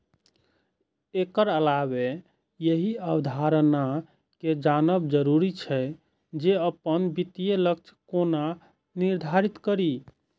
एकर अलावे एहि अवधारणा कें जानब जरूरी छै, जे अपन वित्तीय लक्ष्य कोना निर्धारित करी